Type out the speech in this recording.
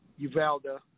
Uvalda